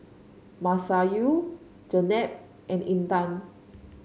Masayu Jenab and Intan